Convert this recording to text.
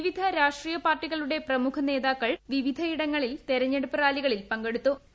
വിവിധ രാഷ്ട്രീയ പാർട്ടികളുടെ പ്രമുഖ നേതാക്കൾ വിവിധ ഇടങ്ങളിൽ തെരഞ്ഞെടുപ്പ് റാലികളിൽ പങ്കെടുക്കുന്നു